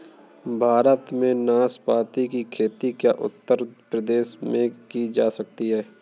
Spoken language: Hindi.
भारत में नाशपाती की खेती क्या उत्तर प्रदेश में की जा सकती है?